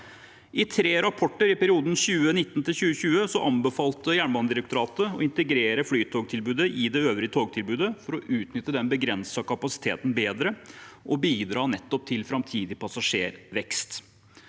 I tre rapporter i perioden 2019–2020 anbefalte Jernbanedirektoratet å integrere flytogtilbudet i det øvrige togtilbudet for å utnytte den begrensede kapasiteten bedre, og for å bidra nettopp til framtidig passasjervekst.